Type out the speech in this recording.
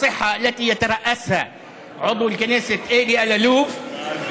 שבראשה עומד חבר הכנסת אלי אלאלוף.) גם זה